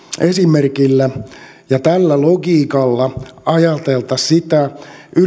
esimerkillä ja tällä logiikalla ajateltaisiin sitä